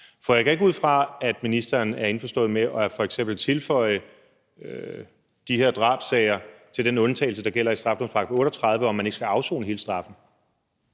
For jeg går ikke ud fra, at ministeren er indforstået med f.eks. at tilføje de her drabssager til den undtagelse, der gælder i straffelovens § 38, om, at man ikke skal afsone hele straffen.